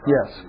Yes